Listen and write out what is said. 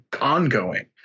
ongoing